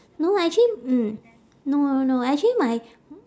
no actually mm no no no actually my